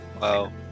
Wow